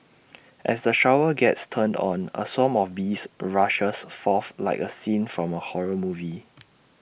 as the shower gets turned on A swarm of bees rushes forth like A scene from A horror movie